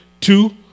Two